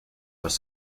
was